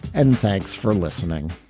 and thanks for listening